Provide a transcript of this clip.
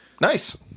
nice